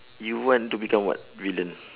you want to become what villain ah